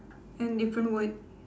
and different word